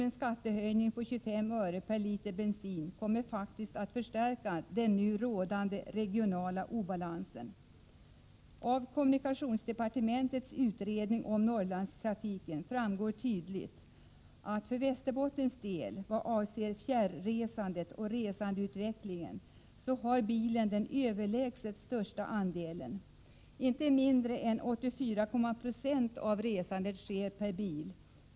En skattehöjning på 25 öre per liter bensin kommer faktiskt att förstärka den nu rådande regionala obalansen. Av kommunikationsdepartementets utredning om Norrlandstrafiken framgår tydligt att bilen för Västerbottens del vad avser fjärresandet och resandeutvecklingen har den överlägset största andelen. Inte mindre än 84 96 av resandet sker med bil.